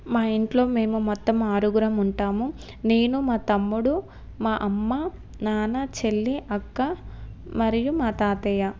మా ఇంట్లో మేము మొత్తం ఆరుగురం ఉంటాము నేను మా తమ్ముడు మా అమ్మ నాన్న చెల్లి అక్క మరియు మా తాతయ్య